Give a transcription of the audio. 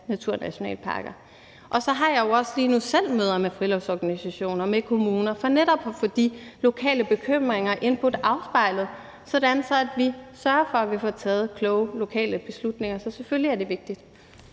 naturnationalparker. Og så har jeg også selv lige nu møder med friluftsorganisationer og med kommuner for netop at få de lokale bekymringer og input afspejlet, sådan at vi sørger for, at vi får taget kloge lokale beslutninger. Så selvfølgelig er det vigtigt.